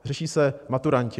Řeší se maturanti.